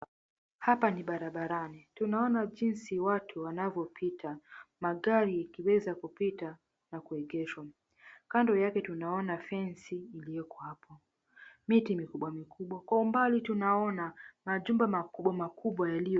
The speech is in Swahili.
Hapa ni barabarani, tunaona jinsi watu wanavyopita. Magari ikiweza kupita na kuegeshwa. Kando yake tunaona fensi iliyoko hapo. Miti mikubwa mikubwa. Kwa mbali tunaona majumba makubwa makubwa yaliyo.